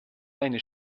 eine